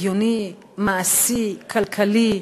הגיוני, מעשי, כלכלי,